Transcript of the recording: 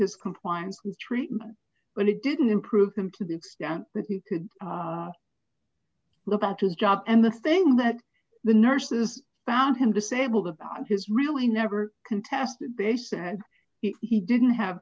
his compliance with treatment but it didn't improve him to the extent that you could look at his job and the thing that the nurses around him disabled about his really never contested base and he didn't have